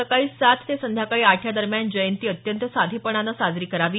सकाळी सात ते संध्याकाळी आठ या दरम्यान जयंती अत्यंत साधेपणाने साजरी करावी